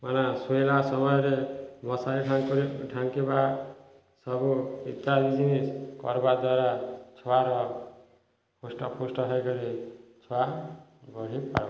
ମାନେ ଶୋଇଲା ସମୟରେ ମଶାରୀ ଢାଙ୍କିବା ସବୁ ଇତ୍ୟାଦି ଜିନିଷ କରିବା ଦ୍ୱାରା ଛୁଆର ହୃଷ୍ଟ ପୃଷ୍ଟ ହୋଇକରି ଛୁଆ ବଢ଼ିପାରେ